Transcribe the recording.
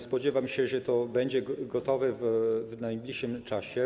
Spodziewam się, że to będzie gotowe w najbliższym czasie.